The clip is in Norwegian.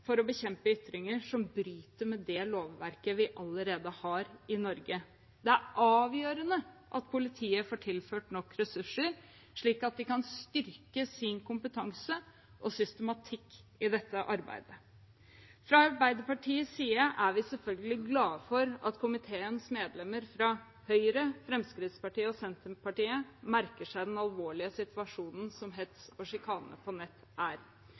for å bekjempe ytringer som bryter med det lovverket vi allerede har i Norge. Det er avgjørende at politiet får tilført nok ressurser, slik at de kan styrke sin kompetanse og systematikk i dette arbeidet. Fra Arbeiderpartiets side er vi selvfølgelig glad for at komiteens medlemmer fra Høyre, Fremskrittspartiet og Senterpartiet merker seg den alvorlige situasjonen som hets og sjikane på nett er.